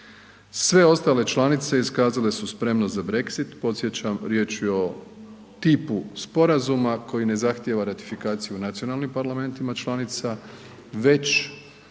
sve ostale članice iskazale su spremnost za Brexit, podsjećam, riječ je o tipu sporazuma koji ne zahtijeva ratifikaciju u nacionalnim parlamentima članica već